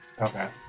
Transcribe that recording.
Okay